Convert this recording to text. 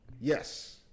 yes